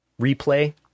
replay